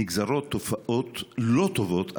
נגזרות תופעות לא טובות אחרות,